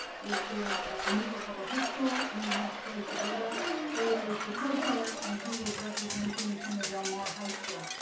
which is for newport harbor high school. and we have troy tsubota who is the co-chair and he is representing corona del mar high school.